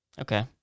okay